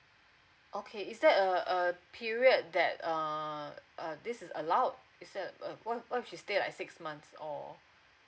okay is there a a period that um uh this is allowed it's there a what what if she stay like six months or